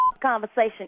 conversation